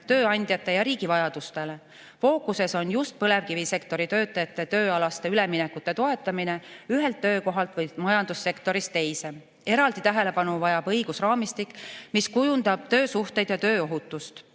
tööandjate ja riigi vajadustele. Fookuses on just põlevkivisektori töötajate toetamine tööalasel üleminekul ühelt töökohalt või ühest majandussektorist teise. Eraldi tähelepanu vajab õigusraamistik, mis kujundab töösuhteid ja tööohutust.